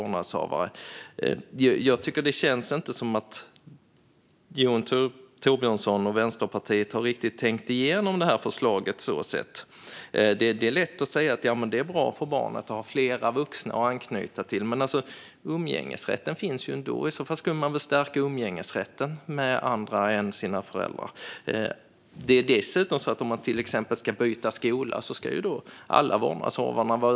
Det känns inte som att Jon Thorbjörnson och Vänsterpartiet riktigt har tänkt igenom det här förslaget. Det är lätt att säga att det är bra för barnet att ha flera vuxna att anknyta till. Men umgängesrätten finns ju ändå. I så fall skulle man väl stärka umgängesrätten med andra än föräldrar. Det är dessutom så att alla vårdnadshavare ska vara överens om barnet till exempel ska byta skola.